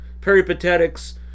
peripatetics